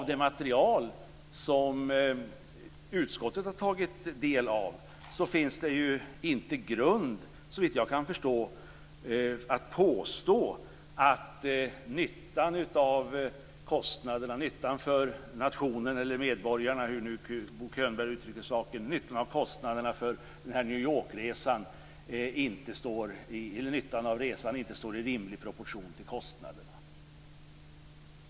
Det material som utskottet har tagit del av ger inte grund, såvitt jag kan förstå, att påstå att nyttan för nationen eller medborgarna av New York-resan inte står i rimlig proportion till kostnaderna.